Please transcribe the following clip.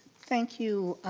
thank you,